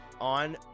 on